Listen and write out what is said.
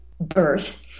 birth